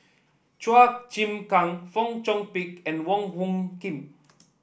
Chua Chim Kang Fong Chong Pik and Wong Hung Khim